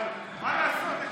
אבל מה לעשות,